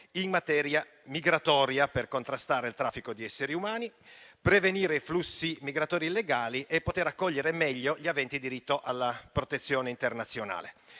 in materia migratoria per contrastare il traffico di esseri umani, prevenire i flussi migratori illegali e poter accogliere meglio gli aventi diritto alla protezione internazionale.